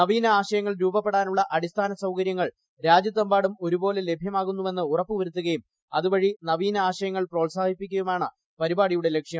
നവീന ആശയങ്ങൾ രൂപപ്പെടാനുള്ള അടിസ്ഥാന സൌകര്യങ്ങൾ രാജ്യത്തെമ്പാടും ഒരുപോലെ ലഭ്യമാകുന്നുവെന്ന് ഉറപ്പ് വരുത്തുകയും അതുവഴി നവീന ആശയങ്ങൾ പ്രോത്സാഹിപ്പിക്കുകയുമാണ് പരിപാടിയുടെ ലക്ഷ്യം